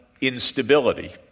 instability